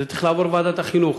וזה צריך לעבור לוועדת החינוך.